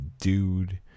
dude